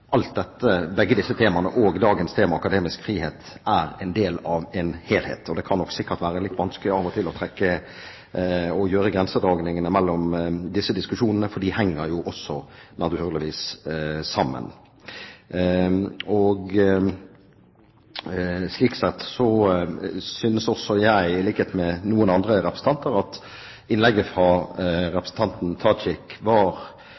begge disse temaene og dagens tema, akademisk frihet, er en del av en helhet, og det kan nok sikkert være litt vanskelig av og til å gjøre grensedragningene mellom disse diskusjonene, for de henger naturligvis sammen. Slik sett synes også jeg, i likhet med noen andre representanter, at innlegget fra